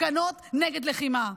הפגנות נגד לחימה.